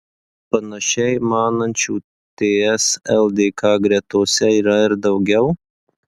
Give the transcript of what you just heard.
panašiai manančių ts lkd gretose yra ir daugiau